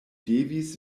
devis